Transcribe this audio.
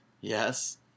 Yes